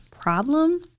problem